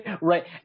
right